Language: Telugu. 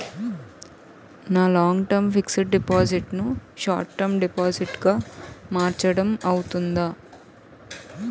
నా లాంగ్ టర్మ్ ఫిక్సడ్ డిపాజిట్ ను షార్ట్ టర్మ్ డిపాజిట్ గా మార్చటం అవ్తుందా?